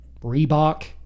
Reebok